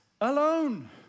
alone